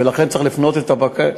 ולכן צריך לפנות לצה"ל.